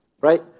right